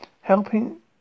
helping